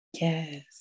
Yes